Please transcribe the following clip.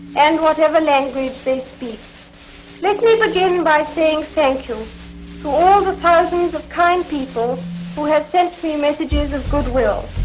and whatever language they speak. let me begin by saying thank you to all the thousands of kind people who have sent me messages of good will.